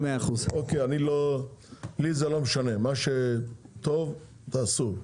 100%. לי זה לא משנה, מה שטוב תעשו.